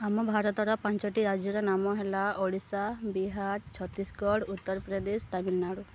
ଆମ ଭାରତର ପାଞ୍ଚଟି ରାଜ୍ୟର ନାମ ହେଲା ଓଡ଼ିଶା ବିହାର ଛତିଶଗଡ଼ ଉତ୍ତରପ୍ରଦେଶ ତାମିଲନାଡ଼ୁ